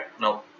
No